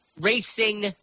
racing